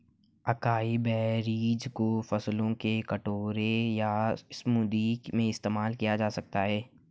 acai berries को फलों के कटोरे या स्मूदी में इस्तेमाल किया जा सकता है